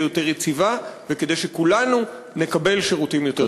יותר יציבה וכדי שכולנו נקבל שירותים יותר טובים.